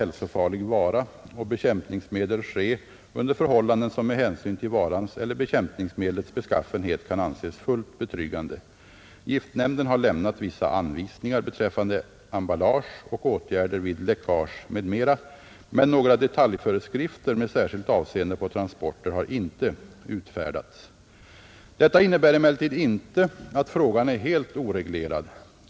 hälsofarlig vara och bekämpningsmedel ske under förhållanden som med hänsyn till varans eller bekämpningsmedlets beskaffenhet kan anses fullt betryggande. Giftnämnden har lämnat vissa anvisningar beträffande emballage och åtgärder vid läckage m.m. men några detaljföreskrifter med särskilt avseende på transporter har inte utfärdats. Detta innebär emellertid inte att frågan är helt oreglerad.